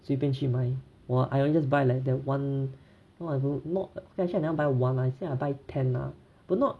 随便去买我 I only buy that [one] no lah not actually I never buy one lah instead I buy ten lah but not